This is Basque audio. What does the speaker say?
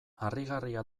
harrigarria